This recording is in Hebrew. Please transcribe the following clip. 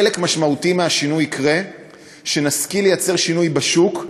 חלק משמעותי מהשינוי יקרה כשנשכיל לייצר שינוי בשוק,